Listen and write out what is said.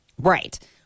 Right